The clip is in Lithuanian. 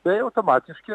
tai automatiškai